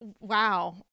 wow